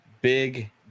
big